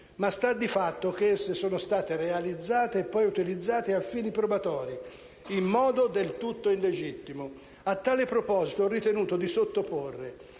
ma sta di fatto che esse sono state realizzate e poi utilizzate a fini probatori in modo del tutto illegittimo. A tale proposito, ho ritenuto di sottoporre